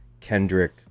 Kendrick